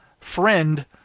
friend